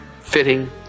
fitting